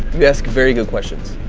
you ask very good questions.